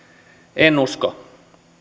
en usko